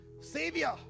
Savior